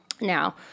Now